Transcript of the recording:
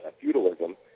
feudalism